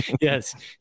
Yes